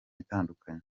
itandukanye